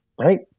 right